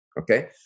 okay